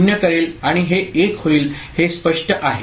तर ते 0 करेल आणि हे 1 होईल हे स्पष्ट आहे